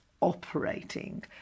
operating